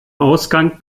ausgang